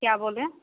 क्या बोले